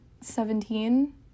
Seventeen